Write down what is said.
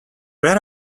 where